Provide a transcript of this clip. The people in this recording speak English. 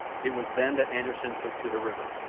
it was then that anderssen took to the river,